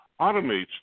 automates